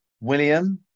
William